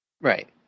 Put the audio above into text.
Right